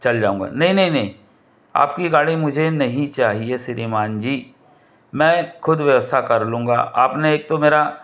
चल जाऊँगा नहीं नहीं नहीं आपकी ये गाड़ी मुझे नहीं चाहिए श्रीमान जी मैं खुद व्यवस्था कर लूँगा आपने एक तो मेरा